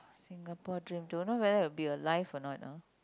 Singapore dream don't know whether will be alive or not ah